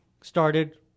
started